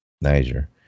Niger